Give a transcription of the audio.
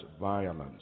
violence